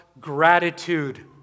gratitude